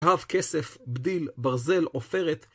אהב כסף, בדיל, ברזל, עופרת.